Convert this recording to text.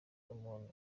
umuntu